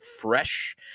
Fresh